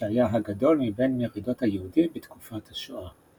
שהיה הגדול מבין מרידות היהודים בתקופת השואה.